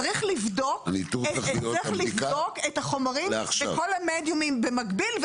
צריך לבדוק את החומרים בכל המדיומים במקביל,